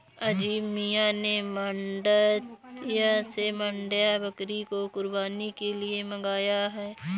अजीम मियां ने मांड्या से मांड्या बकरी को कुर्बानी के लिए मंगाया है